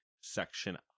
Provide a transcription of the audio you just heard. section